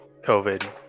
covid